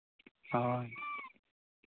ᱦᱳᱭ